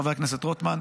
חבר הכנסת רוטמן.